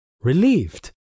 relieved